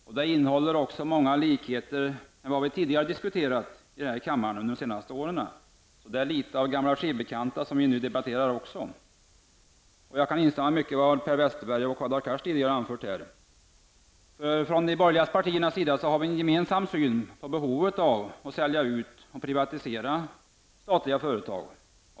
Här finns det många likheter med vad vi under de senaste åren har diskuterat här i kammaren. Därför är det i viss utsträckning så att säga gamla skivbekanta som nu debatteras. Jag kan instämma i mycket av vad Per Westerberg och Hadar Cars tidigare sagt. Från de borgerliga partiernas sida har vi en gemensam syn på behovet av att sälja ut och privatisera statliga företag.